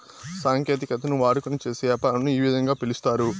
సాంకేతికతను వాడుకొని చేసే యాపారంను ఈ విధంగా పిలుస్తారు